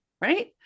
right